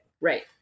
right